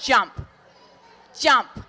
jump jump